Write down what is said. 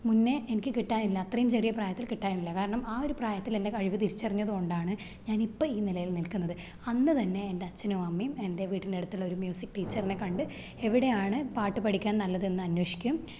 മുന്നേ എനിക്ക് കിട്ടാനില്ല അത്രേം ചെറിയ പ്രായത്തില് കിട്ടാനില്ല കാരണം ആ ഒരു പ്രായത്തിലെന്റെ കഴിവ് തിരിച്ചറിഞ്ഞത് കൊണ്ടാണ് ഞാനിപ്പം ഈ നിലയില് നില്ക്കുന്നത് അന്ന് തന്നെ എന്റച്ഛനും അമ്മയും എന്റെ വീട്ടിന്റ്റടുത്തുള്ള ഒരു മ്യുസിക് ടീച്ചറിനെ കണ്ട് എവിടെയാണ് പാട്ട് പഠിക്കാന് നല്ലതെന്ന് അന്വേഷിക്കേം